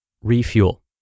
Refuel